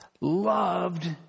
loved